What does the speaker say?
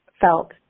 felt